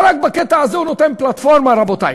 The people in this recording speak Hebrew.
הנוגעים לא רק בחיי היום-יום או בשאלות תקציב,